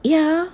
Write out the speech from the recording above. ya